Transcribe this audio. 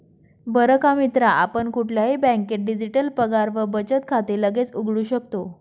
बर का मित्रा आपण कुठल्याही बँकेत डिजिटल पगार व बचत खाते लगेच उघडू शकतो